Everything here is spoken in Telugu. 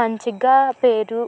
మంచిగ్గా పేరు